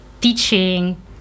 teaching